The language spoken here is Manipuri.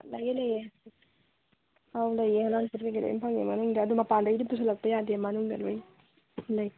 ꯂꯩꯌꯦ ꯂꯩꯌꯦ ꯑꯥꯎ ꯂꯩꯌꯦ ꯃꯅꯥ ꯃꯁꯤꯡ ꯀꯩꯀꯩ ꯂꯣꯏꯅ ꯐꯪꯏ ꯃꯅꯨꯡꯗ ꯑꯗꯣ ꯃꯄꯥꯟꯗꯒꯤꯗꯤ ꯄꯨꯁꯤꯜꯂꯛꯄ ꯌꯥꯗꯦ ꯃꯅꯨꯡꯗ ꯂꯣꯏꯅ ꯂꯩ